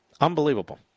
Unbelievable